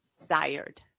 desired